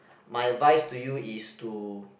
my advice to you is to